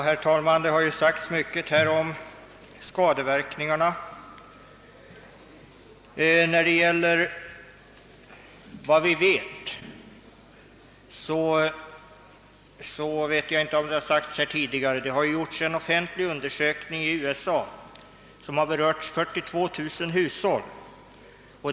Herr talman! Här har sagts mycket om skadeverkningarna. Jag vet inte om det har nämnts tidigare att det har gjorts en offentlig undersökning i USA som har omfattat 47000 hushåll.